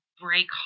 break